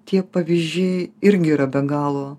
tie pavyzdžiai irgi yra be galo